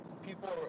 People